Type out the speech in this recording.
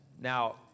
Now